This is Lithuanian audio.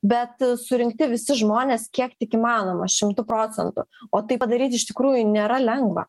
bet surinkti visi žmonės kiek tik įmanoma šimtu procentų o tai padaryt iš tikrųjų nėra lengva